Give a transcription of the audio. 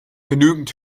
genügend